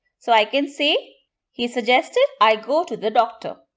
so, i can say he suggested i go to the doctor.